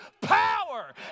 power